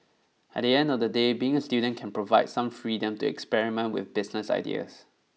at the end of the day being a student can provide some freedom to experiment with business ideas